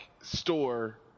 store